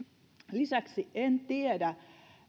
lisäksi en tiedä